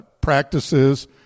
practices